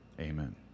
Amen